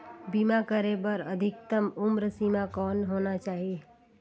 बीमा करे बर अधिकतम उम्र सीमा कौन होना चाही?